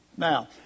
Now